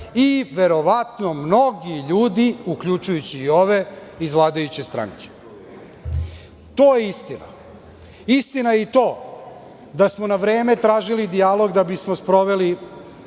i verovatno mnogi ljudi, uključujući i ove iz vladajuće stranke. To je istina. Istina je i to da smo na vreme tražili dijalog da bismo sproveli